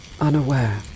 Unaware